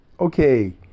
Okay